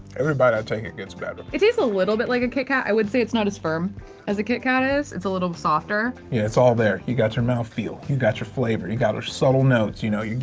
every bite i take it gets better. it takes a little bit like a kit-kat, i would say its not as firm as a kit-kat is. its a little softer. yeah its all there, you got your mouth feel, you got your flavor, you got a subtle notes, you know,